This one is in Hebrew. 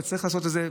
וצריך לעשות את זה,